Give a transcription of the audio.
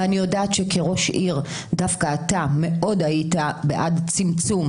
אני יודעת שכראש עיר דווקא אתה מאוד היית בעד צמצום